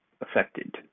affected